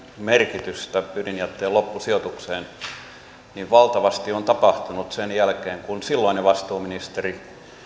merkitystä ydinjätteen loppusijoituksessa niin valtavasti on tapahtunut sen jälkeen kun silloinen vastuuministeri